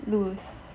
loose